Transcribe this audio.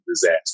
disaster